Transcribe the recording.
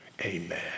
Amen